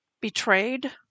betrayed